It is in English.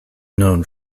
known